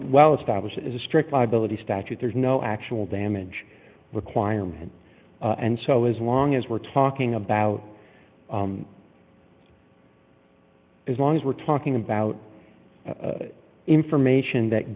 well established as a strict liability statute there's no actual damage requirement and so as long as we're talking about as long as we're talking about information that